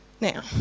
Now